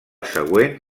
següent